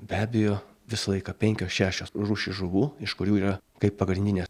be abejo visą laiką penkios šešios rūšys žuvų iš kurių yra kaip pagrindinė